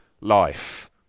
life